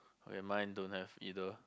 okay mine don't have either